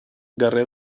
guerrer